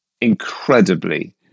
incredibly